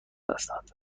هستند